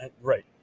right